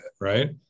right